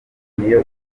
niyo